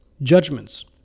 judgments